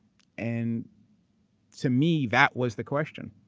and to me that was the question,